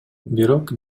бирок